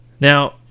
now